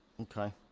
okay